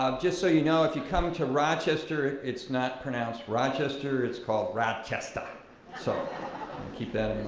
um just so you know if you come to rochester it's not pronounced rochester, it's called rawchestah so keep that